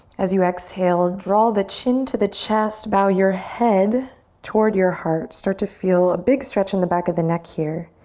as you exhale, draw the chin to the chest, bow your head toward your heart. start to feel a big stretch in the back of the neck here.